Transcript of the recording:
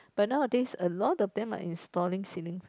but nowadays a lot of them are installing ceiling fan